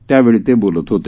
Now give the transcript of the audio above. त्यावेळी ते बोलत होते